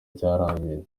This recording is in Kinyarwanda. byarangiye